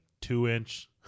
two-inch